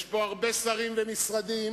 יש פה הרבה שרים ומשרדים,